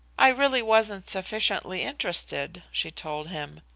i really wasn't sufficiently interested, she told him.